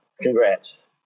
congrats